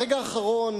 ברגע האחרון,